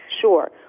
Sure